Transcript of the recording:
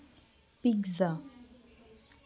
pizza